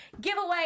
giveaway